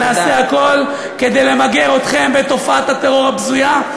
נעשה הכול כדי למגר אתכם ואת תופעת הטרור הבזויה,